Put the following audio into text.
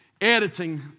editing